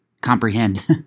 comprehend